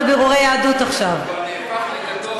לגדול,